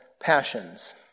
passions